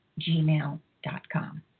gmail.com